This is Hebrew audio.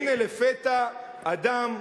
והנה לפתע אדם,